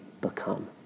become